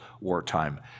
wartime